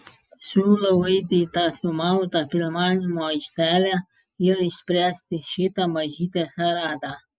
siūlau eiti į tą sumautą filmavimo aikštelę ir išspręsti šitą mažytę šaradą